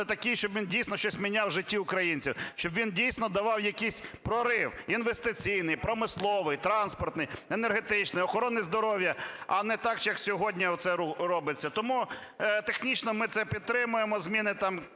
такий, щоб він дійсно щось міняв в житті українців, щоб він дійсно давав якийсь прорив: інвестиційний, промисловий, транспортний, енергетичний, охорони здоров'я. А не так, як сьогодні оце робиться. Тому технічно ми це підтримуємо, зміни там